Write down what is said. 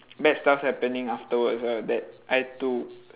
bad stuff happening afterwards ah that I'd to